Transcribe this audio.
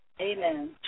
Amen